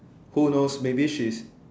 who knows maybe she's